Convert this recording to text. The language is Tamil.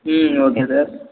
ம் ஓகே சார்